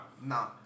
No